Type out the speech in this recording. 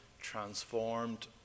transformed